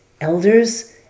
elders